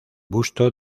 busto